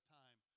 time